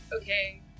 Okay